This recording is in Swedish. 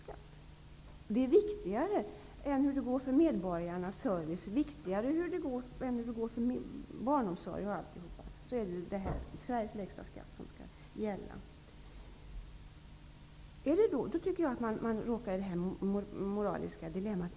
Det målet är viktigare än hur det går med medborgarnas service och hur det går med barnomsorgen. Sveriges lägsta skatt är det som skall gälla. Då råkar man i ett moraliskt dilemma.